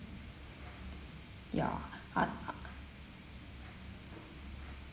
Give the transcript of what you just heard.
ya uh uh